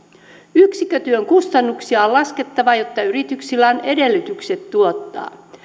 yksikkötyön kustannuksia on laskettava jotta yrityksillä on edellytykset tuottaa